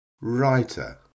writer